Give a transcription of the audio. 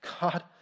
God